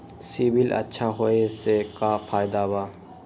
CIBIL अच्छा होऐ से का फायदा बा?